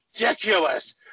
ridiculous